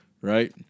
right